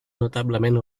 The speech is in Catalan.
notablement